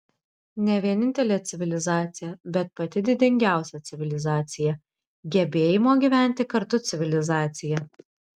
ne vienintelė civilizacija bet pati didingiausia civilizacija gebėjimo gyventi kartu civilizacija